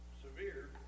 severe